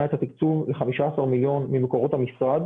את התקצוב ל-15 מיליון ממקורות המשרד.